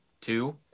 two